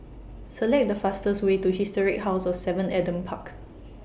Select The fastest Way to Historic House of seven Adam Park